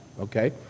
okay